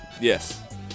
Yes